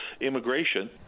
immigration